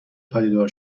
پدیدار